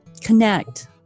connect